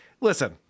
Listen